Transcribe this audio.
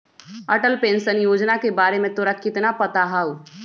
Atal pension Yojana के बारे में तोरा कितना पता हाउ?